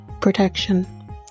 protection